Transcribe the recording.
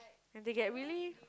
and they get really